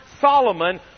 Solomon